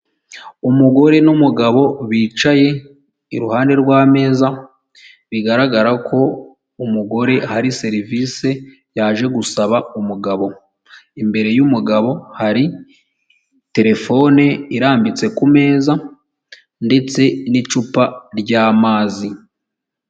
Umugore n'umugabo bicaye iruhande rw'ameza, bigaragara ko umugore hari serivisi yaje gusaba umugabo, imbere y'umugabo hari terefone irambitse ku meza ndetse n'icupa ry'amazi.